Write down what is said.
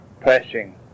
pressing